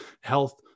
health